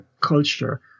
culture